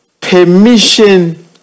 permission